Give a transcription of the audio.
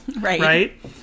Right